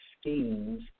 schemes